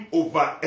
over